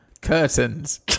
curtains